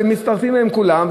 ומצטרפים לזה כולם,